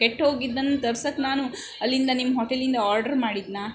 ಕೆಟ್ಟು ಹೋಗಿದ್ದನ್ನು ತರ್ಸಕೆ ನಾನು ಅಲ್ಲಿಂದ ನಿಮ್ಮ ಹೋಟೆಲಿಂದ ಆರ್ಡ್ರ್ ಮಾಡಿದ್ದೆನಾ